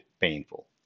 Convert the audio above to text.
painful